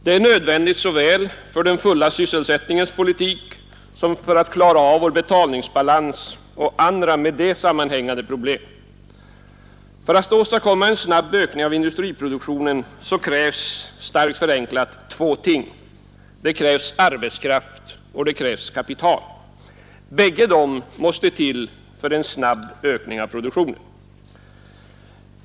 Detta är nödvändigt såväl för den fulla sysselsättningens politik som för att klara vår betalningsbalans och andra därmed sammanhängande problem. För att åstadkomma en snabb ökning av industriproduktionen krävs starkt förenklat två ting: arbetskraft och kapital. Bägge dessa ting måste till för en snabb ökning av produktionen.